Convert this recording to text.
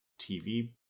TV